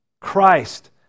Christ